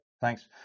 Thanks